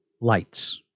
lights